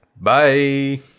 Bye